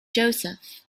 joseph